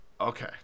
Okay